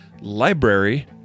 Library